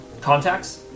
contacts